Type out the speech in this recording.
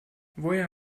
woher